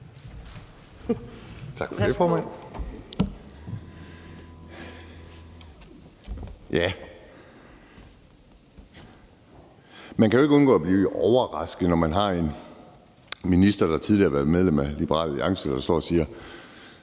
Man kan jo ikke undgå at blive overrasket, når man har en minister, der tidligere har været medlem af Liberal Alliance, og som står og siger: